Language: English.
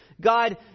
God